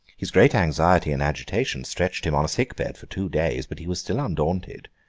his great anxiety and agitation stretched him on a sick-bed for two days, but he was still undaunted.